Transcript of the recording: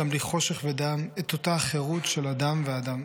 גם בלי חושך ודם / את אותה החירות של אדם ואדם.